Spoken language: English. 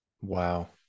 Wow